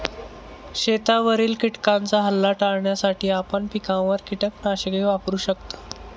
शेतावरील किटकांचा हल्ला टाळण्यासाठी आपण पिकांवर कीटकनाशके वापरू शकता